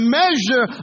measure